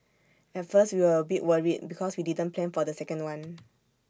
at first we were A bit worried because we didn't plan for the second one